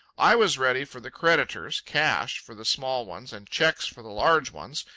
i was ready for the creditors, cash for the small ones and cheques for the large ones,